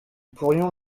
pourrions